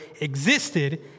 existed